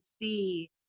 see